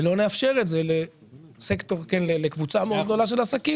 ולא נאפשר את זה לקבוצה מאוד גדולה של עסקים.